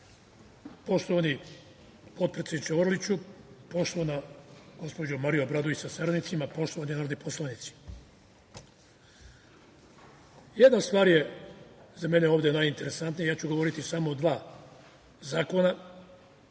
Poštovani potpredsedniče Orliću, poštovana gospođo Marija Obradović, sa saradnicima, poštovani narodni poslanici, jedna stvar je za mene ovde najinteresantnija, ja ću govoriti samo o dva zakona.